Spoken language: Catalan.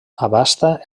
abasta